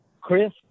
Chris